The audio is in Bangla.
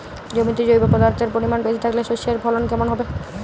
জমিতে জৈব পদার্থের পরিমাণ বেশি থাকলে শস্যর ফলন কেমন হবে?